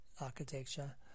architecture